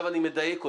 ואני מדייק אותה,